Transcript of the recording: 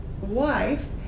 wife